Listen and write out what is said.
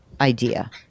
idea